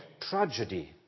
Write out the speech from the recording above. tragedy